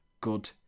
good